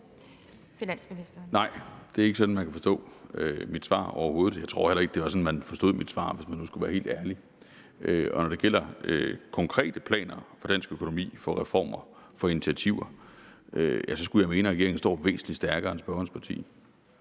(Bjarne Corydon): Nej, det er ikke sådan, man skal forstå mit svar overhovedet. Jeg tror heller ikke, det var sådan, man forstod mit svar, hvis man nu skulle være helt ærlig. Når det gælder konkrete planer for dansk økonomi, for reformer, for initiativer, skulle jeg mene, at regeringen står væsentlig stærkere end spørgerens